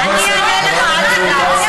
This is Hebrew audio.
אתה מציע ביטול הלאום היהודי.